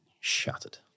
shattered